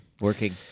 Working